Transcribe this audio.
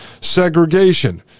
segregation